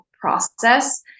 process